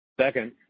Second